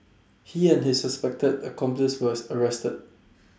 he and his suspected accomplice was arrested